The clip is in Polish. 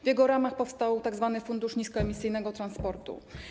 W jego ramach powstał tzw. Fundusz Niskoemisyjnego Transportu.